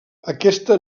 aquesta